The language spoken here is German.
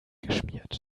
geschmiert